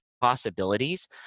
possibilities